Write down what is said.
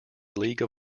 league